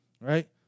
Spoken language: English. right